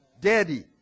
Daddy